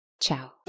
Ciao